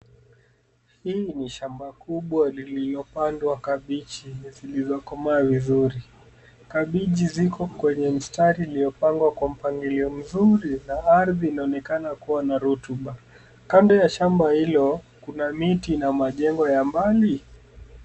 Hili ni shamba kubwa lililopandwa kabichi na zilizokomaa vizuri. Kabichi ziko kwenye mstari uliopangwa kwa mpangilio mzuri na ardhi inaonekana kuwa na rutuba. Kando ya shamba hilo kuna miti na majengo ya mbali.